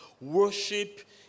Worship